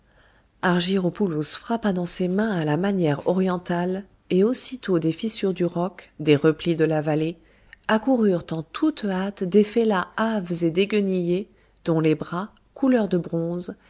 argyropoulos frappa dans ses mains à la manière orientale et aussitôt des fissures du roc des replis de la vallée accoururent en toute hâte des fellahs hâves et déguenillés dont les bras couleur de bronze